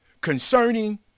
Concerning